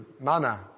Mana